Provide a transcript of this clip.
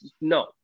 no